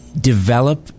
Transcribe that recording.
develop